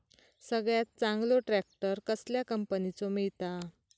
सगळ्यात चांगलो ट्रॅक्टर कसल्या कंपनीचो मिळता?